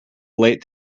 late